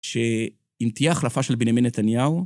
שאם תהיה החלפה של בנימין נתניהו...